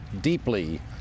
deeply